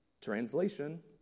Translation